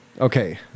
Okay